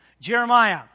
Jeremiah